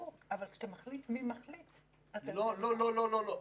אבל כשאתה מחליט מי מחליט --- לא, לא, לא.